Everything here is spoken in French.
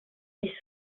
est